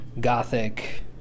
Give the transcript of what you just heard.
gothic